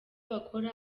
bakora